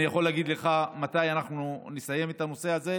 אוכל להגיד לך מתי נסיים את הנושא הזה.